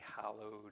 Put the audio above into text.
hallowed